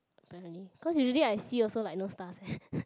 apparently cause usually I see also like no stars eh